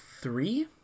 three